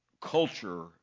culture